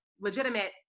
legitimate